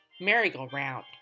merry-go-round